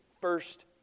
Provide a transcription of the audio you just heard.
first